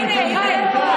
היא כאן.